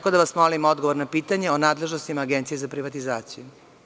Molim vas za odgovor na pitanje o nadležnostima Agencije za privatizaciju.